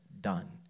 done